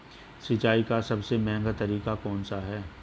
सिंचाई का सबसे महंगा तरीका कौन सा है?